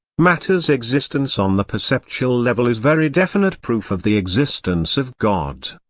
matter's existence on the perceptual level is very definite proof of the existence of god.